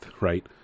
right